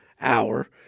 hour